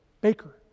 baker